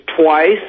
twice